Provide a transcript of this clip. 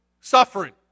suffering